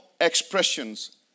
expressions